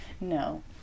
no